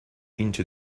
into